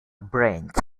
branch